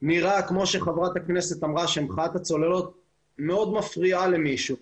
וכמו שחברת הכנסת אמרה נראה שמחאת הצוללות מאוד מפריעה למישהו.